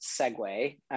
segue